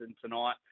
tonight